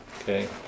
okay